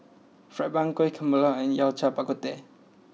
Fried Bun Kueh Kemboja and Yao Cai Bak Kut Teh